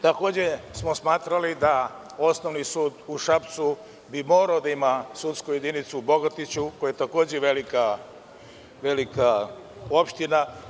Takođe, smatrali smo da Osnovni sud u Šapcu bi morao da ima sudsku jedinicu u Bogatiću, koji je takođe velika opština.